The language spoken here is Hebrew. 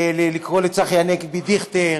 ולקרוא לצחי הנגבי דיכטר,